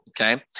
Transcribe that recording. Okay